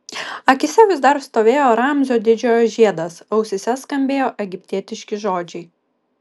akyse vis dar stovėjo ramzio didžiojo žiedas ausyse skambėjo egiptietiški žodžiai